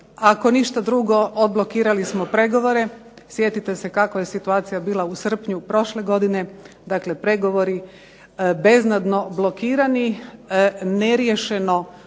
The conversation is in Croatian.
Ako ništa drugo odblokirali smo pregovore. Sjetite se kakva je situacija bila u srpnju prošle godine. Dakle, pregovori beznadno blokirani, neriješeno pitanje